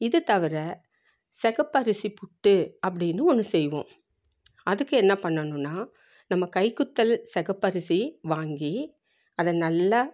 இது தவிர சிகப்பரசி புட்டு அப்படின்னு ஒன்று செய்வோம் அதுக்கென்ன பண்ணணுன்னால் நம்ம கைக்குத்தல் சிகப்பரிசி வாங்கி அதை நல்லா